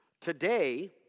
Today